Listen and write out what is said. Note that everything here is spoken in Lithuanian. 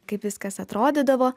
kaip viskas atrodydavo